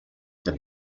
the